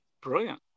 brilliant